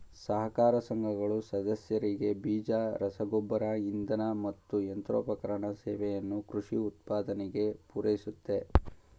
ಸಹಕಾರ ಸಂಘಗಳು ಸದಸ್ಯರಿಗೆ ಬೀಜ ರಸಗೊಬ್ಬರ ಇಂಧನ ಮತ್ತು ಯಂತ್ರೋಪಕರಣ ಸೇವೆಯನ್ನು ಕೃಷಿ ಉತ್ಪಾದನೆಗೆ ಪೂರೈಸುತ್ತೆ